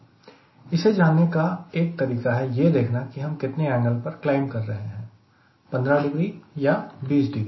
इसे जानने का एक तरीका है यह देखना कि हम कितने एंगल पर क्लाइंब कर रहे हैं 15 डिग्री या 20 डिग्री